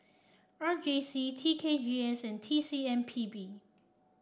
R J C T K G S and T C M P B